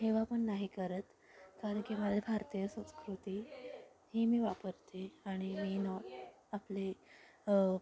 हेवा पण नाही करत कारण की मला भारतीय संस्कृती ही मी वापरते आणि मी ना आपले